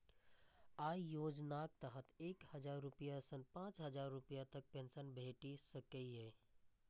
अय योजनाक तहत एक हजार रुपैया सं पांच हजार रुपैया तक पेंशन भेटि सकैए